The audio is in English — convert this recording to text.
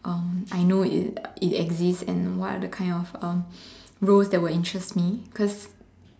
um I know it exists and what other kind of um roles that will interest me cause